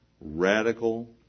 radical